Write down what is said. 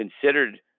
considered